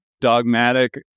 dogmatic